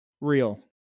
Real